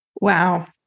Wow